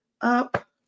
Up